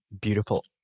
beautiful